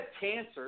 cancer